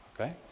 Okay